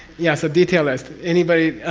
yeah, so detailist. anybody,